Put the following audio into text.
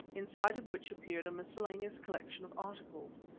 inside of which appeared a miscellaneous collection of articles.